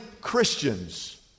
Christians